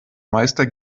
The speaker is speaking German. meister